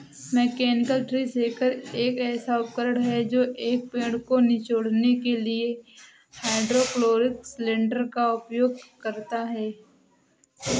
mechanical tree shaker एक ऐसा उपकरण है जो एक पेड़ को निचोड़ने के लिए हाइड्रोलिक सिलेंडर का उपयोग करता है